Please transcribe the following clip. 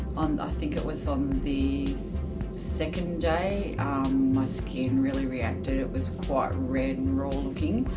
on i think it was on the second day my skin really reacted. it was quite red and raw looking.